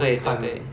对对对